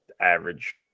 average